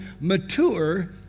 mature